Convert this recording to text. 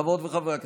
חברות וחברי הכנסת,